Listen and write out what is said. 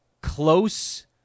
close